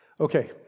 Okay